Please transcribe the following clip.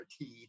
teeth